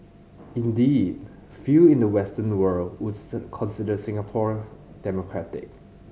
indeed few in the Western world would consider Singapore democratic